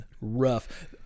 rough